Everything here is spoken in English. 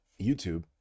youtube